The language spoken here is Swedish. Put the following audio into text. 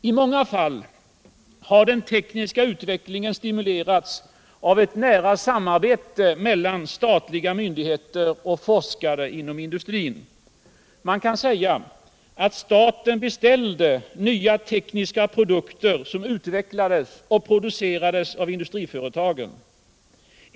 I många fall har den tekniska utvecklingen stimulerats av ett nära samarbete mellan statliga myndigheter och forskare inom industrin. Man kan säga att staten ”beställde” nya tekniska produkter som utvecklades och producerades av industriföretagen.